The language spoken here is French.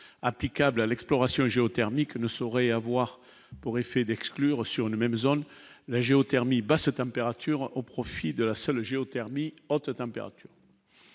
applicables à l'exploration géothermique ne saurait avoir pour effet d'exclure sur une même zone la géothermie, bah c'est température au profit de la seule géothermie entre température.